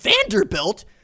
Vanderbilt